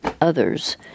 others